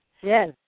yes